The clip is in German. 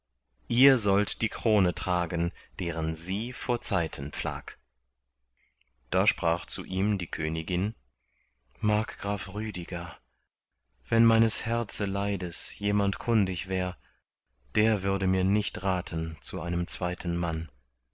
ihr sollt die krone tragen deren sie vor zeiten pflag da sprach zu ihm die königin markgraf rüdiger wenn meines herzeleides jemand kundig wär der würde mir nicht raten zu einem zweiten mann